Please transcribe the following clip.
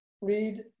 read